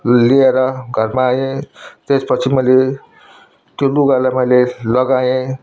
ल्याएर घरमा आएँ त्यसपछि मैले त्यो लुगालाई मैले लगाएँ